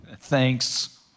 Thanks